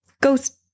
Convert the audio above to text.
ghost